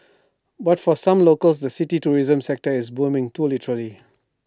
but for some locals the city's tourism sector is booming too literally